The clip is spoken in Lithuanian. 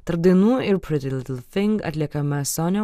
tarp dainų ir atliekama